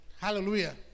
Hallelujah